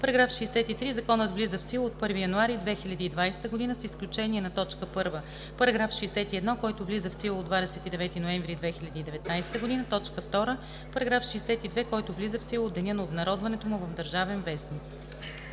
§ 63: „§ 63. Законът влиза в сила от 1 януари 2020 г., с изключение на: 1. параграф 61, който влиза в сила от 29 ноември 2019 г.; 2. параграф 62, който влиза в сила от деня на обнародването му в „Държавен вестник“.“